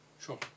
Sure